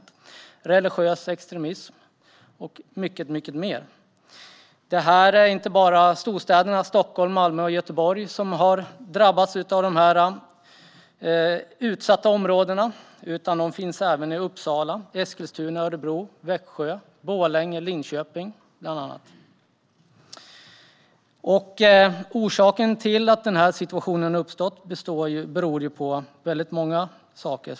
Det finns religiös extremism och mycket mer. Det är inte bara storstäderna Stockholm, Malmö och Göteborg som har drabbats av de utsatta områdena. De finns även i bland annat Uppsala, Eskilstuna, Örebro, Växjö, Borlänge och Linköping. Att situationen har uppstått beror på väldigt många saker.